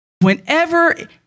Whenever